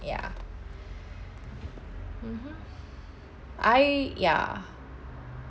ya mmhmm I ya